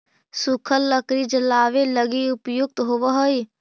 सूखल लकड़ी जलावे लगी उपयुक्त होवऽ हई